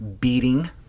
beating